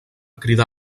cridar